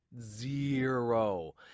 Zero